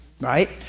Right